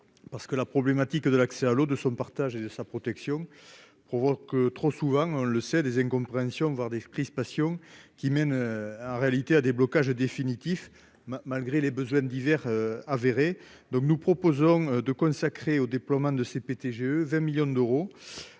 parce que la problématique de l'accès à l'eau de son partage et de sa protection provoque trop souvent, on le sait, des incompréhensions, voire des crispations qui mène en réalité à déblocage définitif malgré les besoins divers avéré, donc nous proposons de consacrer au déploiement de ces pété, GE 20 millions d'euros,